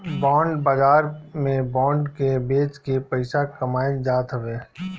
bond बाजार में bond के बेच के पईसा कमाईल जात हवे